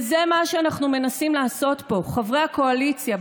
וזה מה שאנחנו מנסים לעשות פה, חברי הקואליציה.